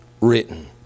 written